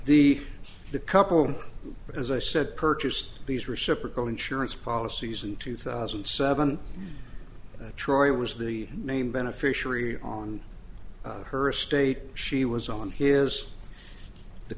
the the couple as i said purchased these reciprocal insurance policies in two thousand and seven that troy was the name beneficiary on her estate she was on his the